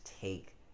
take